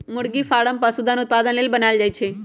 मुरगि फारम पशुधन उत्पादन लेल बनाएल जाय छै